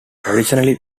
traditionally